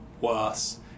worse